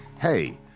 hey